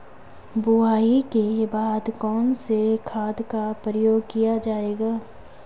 बुआई के बाद कौन से खाद का प्रयोग किया जायेगा?